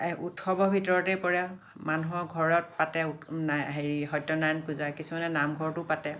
উৎসৱৰ ভিতৰতে পৰা মানুহৰ ঘৰত পাতে হেৰি সত্য নাৰায়ণ পূজা কিছুমানে নামঘৰতো পাতে